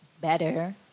better